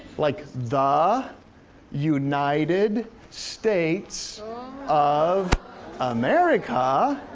like the united states of america.